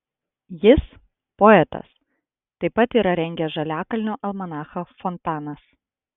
jis poetas taip pat yra rengęs žaliakalnio almanachą fontanas